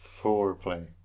foreplay